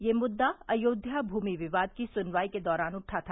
यह मुद्दा अयोध्या भूमि विवाद की सुनवाई के दौरान उठा था